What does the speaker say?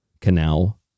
canal